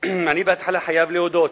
אני בהתחלה חייב להודות,